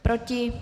Proti?